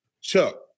Chuck